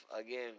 again